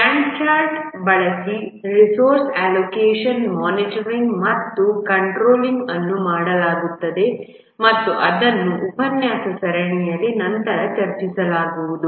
Gantt chart ಬಳಸಿ resource allocation monitoring ಮತ್ತು controlling ಅನ್ನು ಮಾಡಲಾಗುತ್ತದೆ ಮತ್ತು ಅದನ್ನು ಈ ಉಪನ್ಯಾಸ ಸರಣಿಯಲ್ಲಿ ನಂತರ ಚರ್ಚಿಸಲಾಗುವುದು